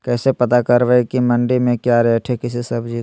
कैसे पता करब की मंडी में क्या रेट है किसी सब्जी का?